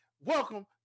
welcome